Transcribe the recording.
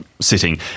sitting